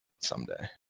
Someday